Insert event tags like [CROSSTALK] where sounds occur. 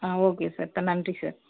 ஆ okay sir [UNINTELLIGIBLE] நன்றி sir